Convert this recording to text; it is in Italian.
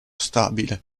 stabile